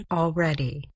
already